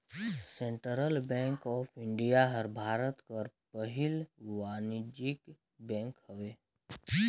central bank of India हर भारत कर पहिल वानिज्यिक बेंक हवे